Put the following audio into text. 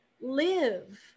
live